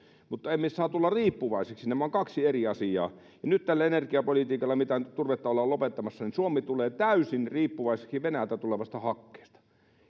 mutta emme saa tulla riippuvaisiksi nämä ovat kaksi eri asiaa nyt tällä energiapolitiikalla missä nyt turvetta ollaan lopettamassa suomi tulee täysin riippuvaiseksi venäjältä tulevasta hakkeesta